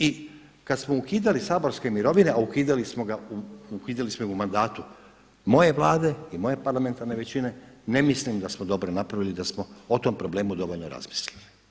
I kada smo ukidali saborske mirovine, a ukidali smo u mandatu moje vlade i moje parlamentarne većine, ne mislim da smo dobro napravili i da smo o tom problemu dovoljno razmislili.